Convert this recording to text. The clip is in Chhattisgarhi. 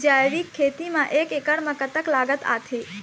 जैविक खेती म एक एकड़ म कतक लागत आथे?